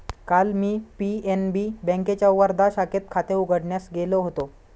काल मी पी.एन.बी बँकेच्या वर्धा शाखेत खाते उघडण्यास गेलो होतो